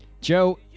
Joe